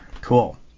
Cool